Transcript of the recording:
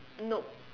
nope